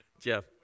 Jeff